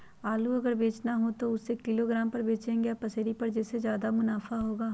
आलू अगर बेचना हो तो हम उससे किलोग्राम पर बचेंगे या पसेरी पर जिससे ज्यादा मुनाफा होगा?